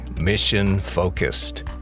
mission-focused